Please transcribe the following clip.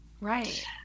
Right